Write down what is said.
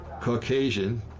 Caucasian